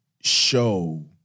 show